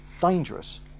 dangerous